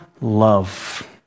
love